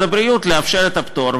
למשרד הבריאות לאפשר את הפטור,